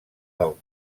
del